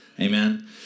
Amen